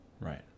right